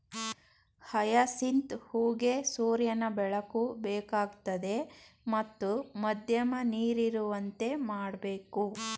hyacinth ಹೂಗೆ ಸೂರ್ಯನ ಬೆಳಕು ಬೇಕಾಗ್ತದೆ ಮತ್ತು ಮಧ್ಯಮ ನೀರಿರುವಂತೆ ಮಾಡ್ಬೇಕು